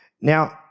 Now